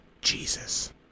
jesus